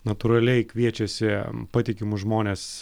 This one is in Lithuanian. natūraliai kviečiasi patikimus žmones